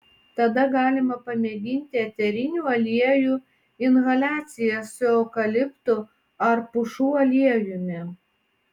tada galima pamėginti eterinių aliejų inhaliacijas su eukaliptu ar pušų aliejumi